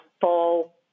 full